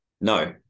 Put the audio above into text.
No